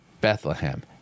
Bethlehem